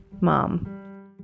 mom